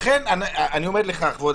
אני אומר לך, כבוד